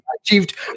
achieved